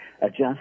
adjust